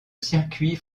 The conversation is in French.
circuit